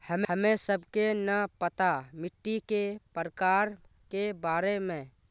हमें सबके न पता मिट्टी के प्रकार के बारे में?